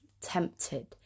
Tempted